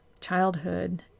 childhood